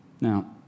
Now